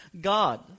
God